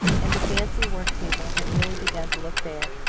and the fancy-work table had really begun to look bare.